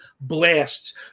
blasts